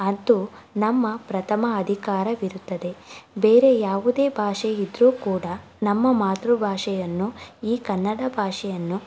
ಅದು ನಮ್ಮ ಪ್ರಥಮ ಅಧಿಕಾರವಿರುತ್ತದೆ ಬೇರೆ ಯಾವುದೇ ಭಾಷೆ ಇದ್ದರೂ ಕೂಡ ನಮ್ಮ ಮಾತೃಭಾಷೆಯನ್ನು ಈ ಕನ್ನಡ ಭಾಷೆಯನ್ನು